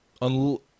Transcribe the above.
on